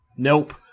Nope